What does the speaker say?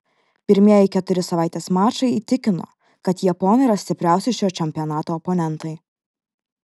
pirmieji keturi savaitės mačai įtikino kad japonai yra stipriausi šio čempionato oponentai